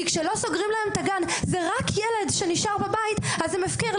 כי כשלא סוגרים להם את הגן ורק ילד שנשאר בבית אז הם הפקר.